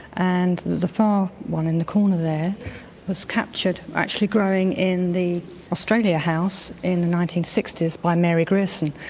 and the the far one in the corner there was captured actually growing in the australia house in the nineteen sixty s by mary grierson.